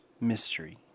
mystery